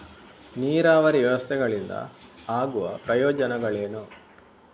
ನೀರಾವರಿ ವ್ಯವಸ್ಥೆಗಳಿಂದ ಆಗುವ ಪ್ರಯೋಜನಗಳೇನು?